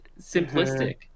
simplistic